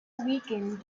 weakened